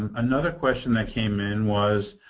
another question that came in was,